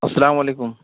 السلام علیکم